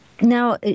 Now